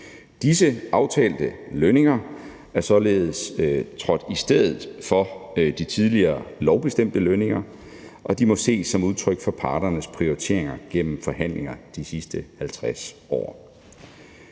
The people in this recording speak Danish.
Disse aftalte lønninger er således trådt i stedet for de tidligere lovbestemte lønninger, og de må ses som udtryk for parternes prioriteringer gennem forhandlinger de sidste 50 år.